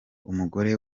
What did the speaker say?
umugore